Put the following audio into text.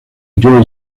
joey